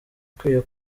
ukwiye